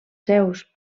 seus